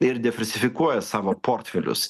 ir diversifikuoja savo portfelius